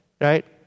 right